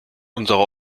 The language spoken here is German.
unserer